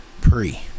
Pre